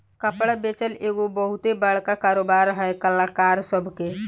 कपड़ा बेचल एगो बहुते बड़का कारोबार है कलाकार सभ के